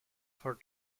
for